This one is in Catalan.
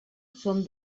són